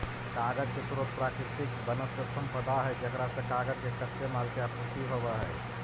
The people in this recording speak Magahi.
कागज के स्रोत प्राकृतिक वन्यसम्पदा है जेकरा से कागज के कच्चे माल के आपूर्ति होवऽ हई